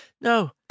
No